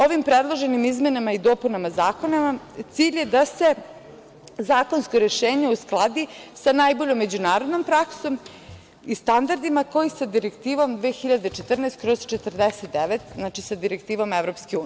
Ovim predloženim izmenama i dopunama zakona cilj je da se zakonske rešenje uskladi sa najboljom međunarodnom praksom i standardima koji sa direktivom 2014/49, znači sa direktivom EU.